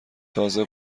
تازه